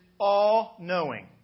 all-knowing